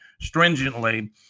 stringently